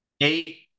eight